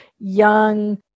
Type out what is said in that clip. young